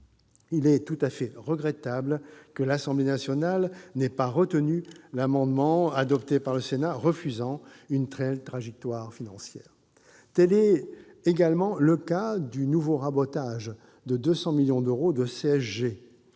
Il est tout à fait regrettable que l'Assemblée nationale n'ait pas retenu l'amendement que le Sénat a adopté pour refuser une telle trajectoire financière. Tel est également le cas du nouveau rabotage de 200 millions d'euros de CSG,